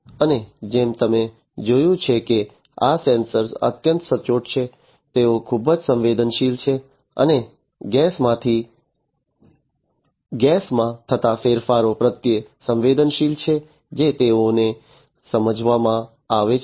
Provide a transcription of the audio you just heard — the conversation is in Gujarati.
અને જેમ તમે જોયું છે કે આ સેન્સર્સ અત્યંત સચોટ છે તેઓ ખૂબ જ સંવેદનશીલ છે અને ગેસમાં થતા ફેરફારો પ્રત્યે સંવેદનશીલ છે જે તેઓને સમજવામાં આવે છે